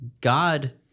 God